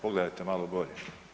Pogledajte malo bolje.